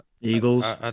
Eagles